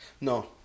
No